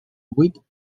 buit